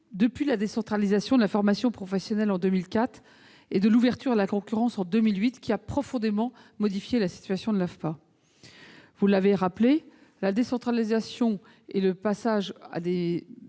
depuis la décentralisation de la formation professionnelle en 2004 et l'ouverture à la concurrence en 2008, laquelle a profondément modifié la situation de l'AFPA. Vous l'avez rappelé, la décentralisation et l'ouverture à la